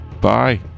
Bye